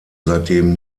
seitdem